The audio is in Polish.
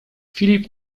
filip